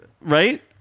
right